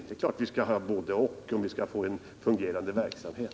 Ja, det är klart att vi behöver båda delarna om vi skall få en fungerande verksamhet.